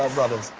um brothers.